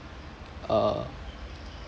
uh